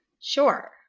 sure